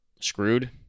screwed